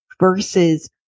versus